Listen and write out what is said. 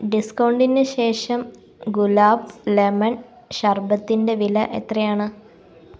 ഡിസ്കൗണ്ടിന് ശേഷം ഗുലാബ്സ് ലെമൺ ഷർബത്തിന്റെ വില എത്രയാണ്